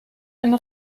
eine